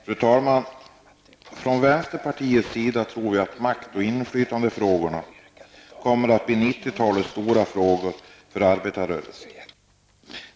Fru talman! Vi i vänsterpartiet tror att frågorna om makt och inflytande kommer att bli 90-talets stora frågor för arbetarrörelsen.